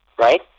right